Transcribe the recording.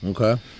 Okay